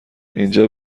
اینجا